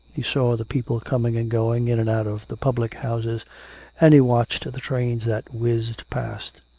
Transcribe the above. he saw the people coming and going in and out of the public-houses and he watched the trains that whizzed past.